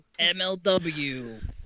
MLW